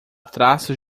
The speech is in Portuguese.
traços